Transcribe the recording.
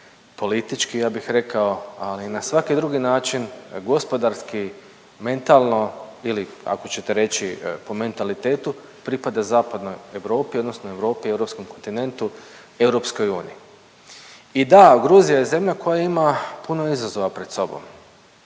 politički ja bih rekao, ali i na svaki drugi način gospodarski, mentalno ili ako ćete reći po mentalitetu pripada zapadnoj Europi, odnosno Europi, europskom kontinentu, EU. I da, Gruzija je zemlja koja ima puno izazova pred sobom.